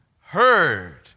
heard